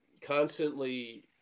constantly